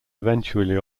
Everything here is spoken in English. eventually